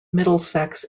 middlesex